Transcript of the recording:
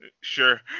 sure